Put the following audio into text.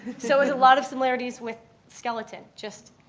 so it was a lot of similarities with skeleton. just,